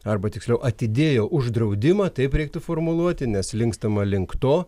arba tiksliau atidėjo uždraudimą taip reiktų formuluoti nes linkstama link to